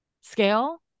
scale